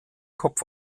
kopf